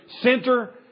center